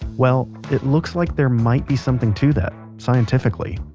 well, it looks like there might be something to that, scientifically.